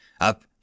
up